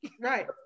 Right